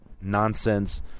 nonsense